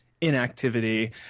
inactivity